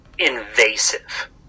Invasive